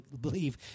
believe